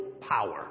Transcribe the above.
power